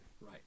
right